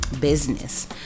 Business